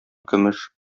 көмеш